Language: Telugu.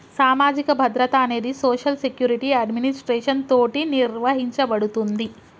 సామాజిక భద్రత అనేది సోషల్ సెక్యురిటి అడ్మినిస్ట్రేషన్ తోటి నిర్వహించబడుతుంది